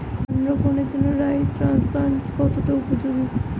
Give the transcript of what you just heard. ধান রোপণের জন্য রাইস ট্রান্সপ্লান্টারস্ কতটা উপযোগী?